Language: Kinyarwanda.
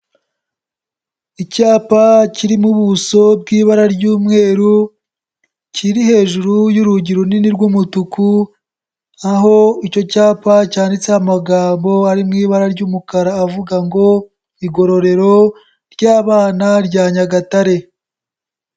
Icyapa kiri mu buso bw'ibara ry'umweru, kiri hejuru y'urugi runini rw'umutuku, aho icyo cyapa cyanditseho amagambo ari mu ibara ry'umukara avuga ngo igororero ry'abana rya Nyagatare.